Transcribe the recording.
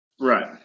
Right